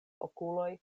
okuloj